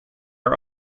are